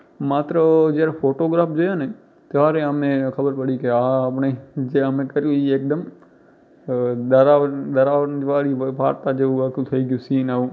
માત્ર જયારે ફોટોગ્રાફ જોયો ને ત્યારે અમને એ ખબર પડી કે આ આપણે જે અમે કર્યું એ એકદમ ડરાવન ડરાવન વાળી વાર્તા જેવું આખું થઇ ગયું સીન આવું